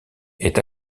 est